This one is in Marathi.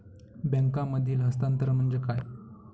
बँकांमधील हस्तांतरण म्हणजे काय?